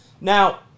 Now